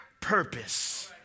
purpose